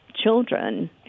children